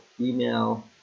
email